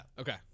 Okay